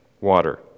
water